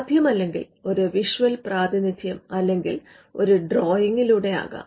സാധ്യമല്ലെങ്കിൽ ഒരു വിഷ്വൽ പ്രാതിനിധ്യം അല്ലെങ്കിൽ ഒരു ഡ്രോയിംഗിലുടെ ആകാം